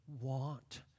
want